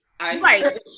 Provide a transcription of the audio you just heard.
Right